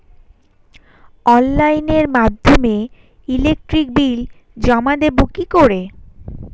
অনলাইনের মাধ্যমে electric bill জমা দেবো কি করে?